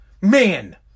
Man